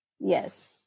Yes